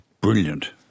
brilliant